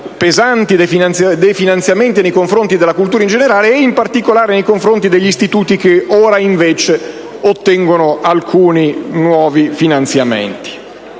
pesanti definanziamenti nei confronti della cultura in generale e in particolare nei confronti degli istituti che ora invece ottengono alcuni nuovi finanziamenti.